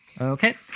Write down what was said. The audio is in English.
Okay